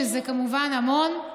שזה כמובן המון.